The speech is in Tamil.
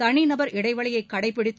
தனிநபர் இடைவெளியை கடைபிடித்து